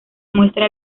muestra